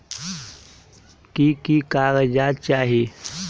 की की कागज़ात चाही?